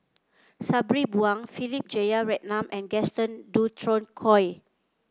Sabri Buang Philip Jeyaretnam and Gaston Dutronquoy